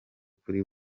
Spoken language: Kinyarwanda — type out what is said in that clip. kuri